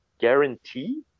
guarantee